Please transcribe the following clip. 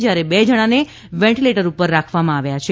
જયારે બે જણાને વેન્ટીલેટર ઉપર રાખવામાં આવ્યા છે